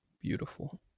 beautiful